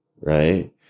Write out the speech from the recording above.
right